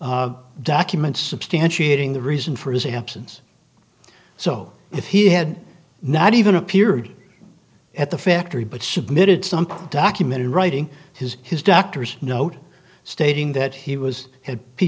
o documents substantiating the reason for his absence so if he had not even appeared at the factory but submitted some document in writing his his doctor's note stating that he was had p